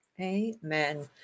Amen